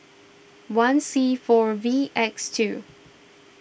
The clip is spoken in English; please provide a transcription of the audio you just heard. one C four V X two